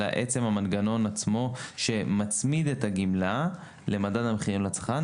אלא עצם המנגנון עצמו שמצמיד את הגמלה למדד המחירים לצרכן